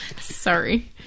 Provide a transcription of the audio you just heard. Sorry